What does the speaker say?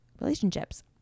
relationships